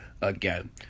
again